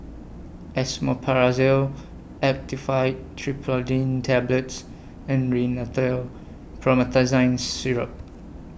Esomeprazole Actifed Triprolidine Tablets and Rhinathiol Promethazine Syrup